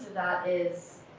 is,